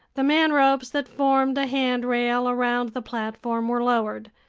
the manropes that formed a handrail around the platform were lowered.